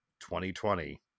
2020